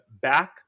back